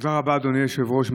תודה רבה, אדוני היושב-ראש.